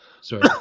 Sorry